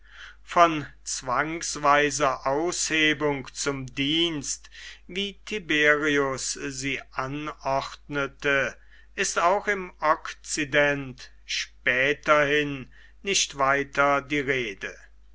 von zwangsweiser aushebung zum dienst wie tiberius sie anordnete ist auch im okzident späterhin nicht weiter die rede